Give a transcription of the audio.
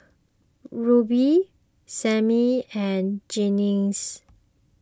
Rubye Simmie and Jennings